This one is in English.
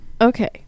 okay